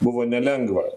buvo nelengva